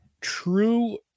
true –